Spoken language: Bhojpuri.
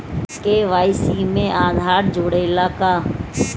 के.वाइ.सी में आधार जुड़े ला का?